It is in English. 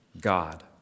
God